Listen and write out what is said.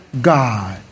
God